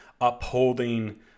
upholding